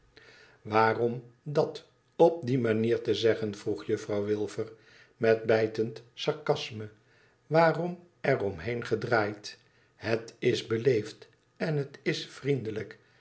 waarom dat op die manier tezeggen vroegjuffrouw wilfer met bijtend sarcasme waarom er omheen gedraaid het is beleefd en het ia vriendelijk